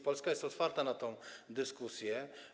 Polska jest otwarta na tę dyskusję.